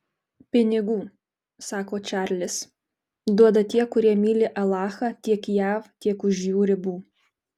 pinigų sako čarlis duoda tie kurie myli alachą tiek jav tiek už jų ribų